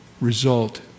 result